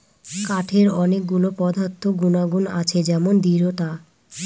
কাঠের অনেক গুলো পদার্থ গুনাগুন আছে যেমন দৃঢ়তা